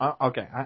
okay